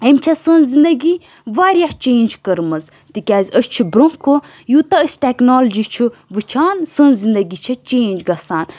أمۍ چھےٚ سٲنۍ زنٛدگی واریاہ چینٛج کٔرمٕژ تِکیٛازِ أسۍ چھِ برٛونٛہہ کُن یوٗتاہ أسۍ ٹیٚکنالجی چھِ وُچھان سٲنۍ زِنٛدگی چھِ چینٛج گژھان